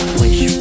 wish